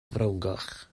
frowngoch